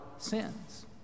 sins